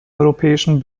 europäischen